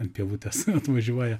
ant pievutės atvažiuoja